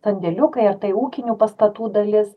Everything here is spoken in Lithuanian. sandėliukai ar tai ūkinių pastatų dalis